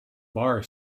bar